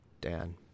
Dan